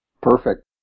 Perfect